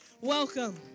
Welcome